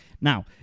Now